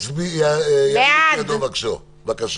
ירים את ידו בבקשה.